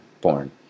born